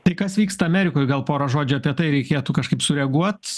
tai kas vyksta amerikoj gal porą žodžių apie tai reikėtų kažkaip sureaguot